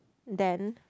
then